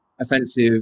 offensive